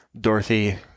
dorothy